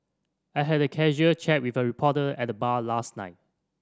I had a casual chat with a reporter at the bar last night